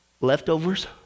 leftovers